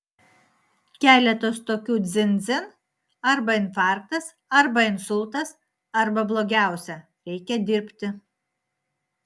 keletas tokių dzin dzin arba infarktas arba insultas arba blogiausia reikia dirbti